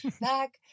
back